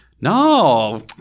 No